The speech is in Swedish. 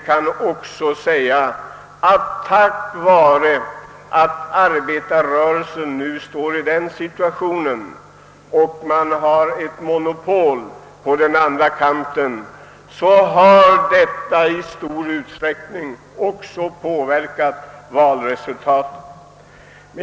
Den omständigheten att arbetarrörelsen nu befinner sig i den situationen, att det finns ett sådant monopol på den andra kanten, har i stor utsträckning påverkat årets valresultat.